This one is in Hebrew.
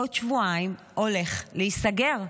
עוד שבועיים הולך להיסגר,